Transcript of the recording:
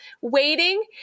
waiting